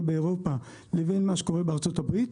באירופה לבין מה שקורה בארצות הברית,